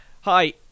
Hi